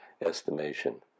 estimation